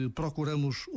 procuramos